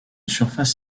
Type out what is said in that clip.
surface